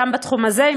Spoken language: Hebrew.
גם בתחום הזה.